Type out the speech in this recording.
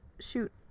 shoot